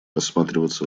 рассматриваться